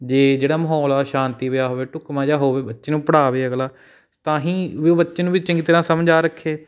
ਜੇ ਜਿਹੜਾ ਮਾਹੌਲ ਆ ਸ਼ਾਂਤੀ ਪਿਆ ਹੋਵੇ ਢੁਕਵਾਂ ਜਿਹਾ ਹੋਵੇ ਬੱਚੇ ਨੂੰ ਪੜ੍ਹਾਵੇ ਅਗਲਾ ਤਾਂ ਹੀ ਵੀ ਬੱਚੇ ਨੂੰ ਵੀ ਚੰਗੀ ਤਰ੍ਹਾਂ ਸਮਝ ਆ ਰੱਖੇ